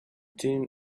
tin